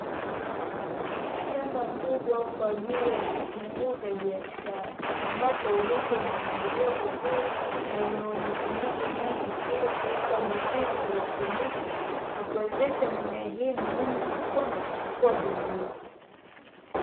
Shamba kubwa kwa ajili ya vitunguu vya biashara, ambapo udongo umemwagiliwa vizuri na una unyenyevu mwingi ilikuupa mizizi virutubisho, na kuwezesha mimea hiyo muhimu kukua na kuchipua vizuri.